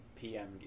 PM